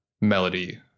melody